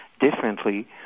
differently